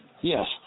Yes